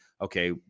okay